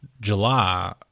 July